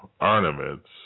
ornaments